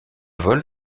vol